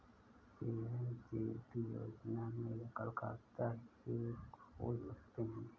PMJD योजना में एकल खाता ही खोल सकते है